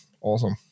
awesome